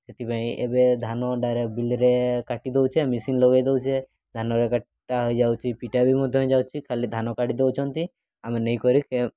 ସେଥିପାଇଁ ଏବେ ଧାନ ଡାଇରେକ୍ଟ୍ ବିଲରେ କାଟିଦେଉଛେ ମେସିନ୍ ଲଗାଇଦେଉଛେ ଧାନରେ କଟା ହୋଇଯାଉଛି ପିଟା ବି ମଧ୍ୟ ହୋଇଯାଉଛି ଖାଲି ଧାନ କାଟି ଦେଉଛନ୍ତି ଆମେ ନେଇକରି